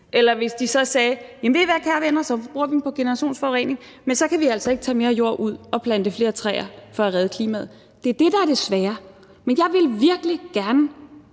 nu, hvis de så sagde: Ved I hvad, kære venner, så bruger vi dem på generationsforurening, men så kan vi altså ikke tage mere jord ud og plante flere træer for at redde klimaet? Det er det, der er det svære. Jeg vil virkelig gerne,